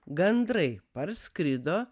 gandrai parskrido